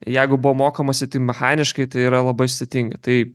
jeigu buvo mokomasi tik mechaniškai tai yra labai sudėtinga tai